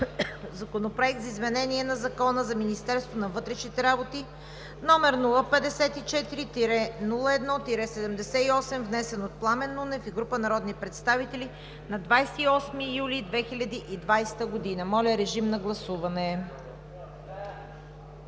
Законопроект за изменение на Закона за Министерството на вътрешните работи, № 054-01-78, внесен от Пламен Нунев и група народни представители на 28 юли 2020 г. Гласували